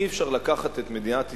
אי-אפשר לקחת את מדינת ישראל,